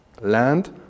land